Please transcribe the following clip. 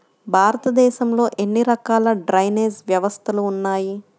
భారతదేశంలో ఎన్ని రకాల డ్రైనేజ్ వ్యవస్థలు ఉన్నాయి?